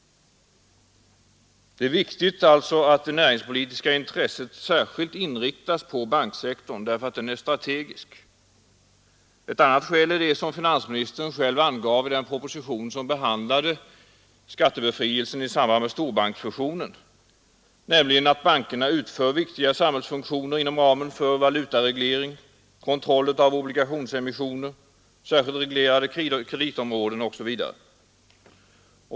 Det är viktigt att det näringspolitiska intresset särskilt inriktas på banksektorn, därför att den är strategisk. Ett annat skäl är det som finansministern själv angav i den proposition som behandlade skattebefrielsen i samband med storbanksfusionen, nämligen att bankerna utför viktiga samhällsfunktioner inom ramen för valutaregleringen, kontrollen av obligationsemissioner, särskilt reglerade kreditområden osv.